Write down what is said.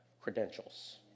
credentials